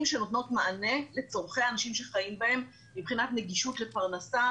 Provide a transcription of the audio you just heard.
שנותנות מענה לצרכי האנשים שחיים בהן מבחינת נגישות לפרנסה,